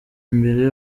mbere